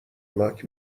لاک